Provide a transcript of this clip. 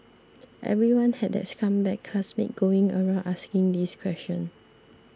everyone had that scumbag classmate going around asking this question